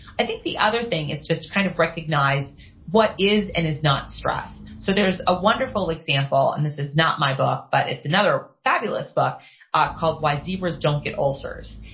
i think the other thing is just kind of recognize what is and is not stress. so there's a wonderful example, and this is not my book, but it's another fabulous book ah called why zebras don't get ulcers.